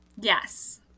Yes